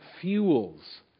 fuels